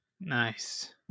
Nice